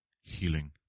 healing